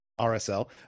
RSL